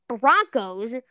Broncos